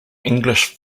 english